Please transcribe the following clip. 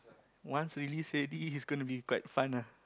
once release already it's going to be quite fun ah